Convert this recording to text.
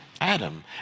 Adam